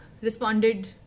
responded